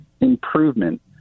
improvement